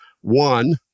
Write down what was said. one